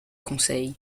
conseil